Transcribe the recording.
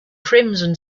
crimson